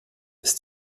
ist